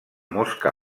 mosca